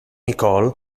nicole